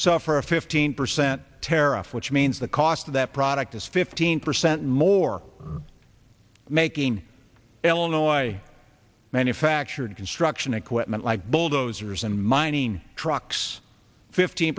suffer a fifteen percent tariff which means the cost of that product is fifteen percent more making illinois manufactured construction equipment like bulldozers and mining trucks fifteen